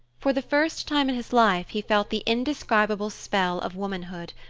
for the first time in his life he felt the indescribable spell of womanhood,